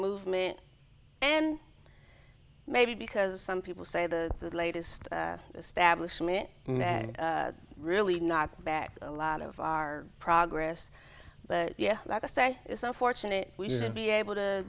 movement and maybe because some people say the latest establishment now really not back a lot of our progress but yeah like i say it's unfortunate we should be able to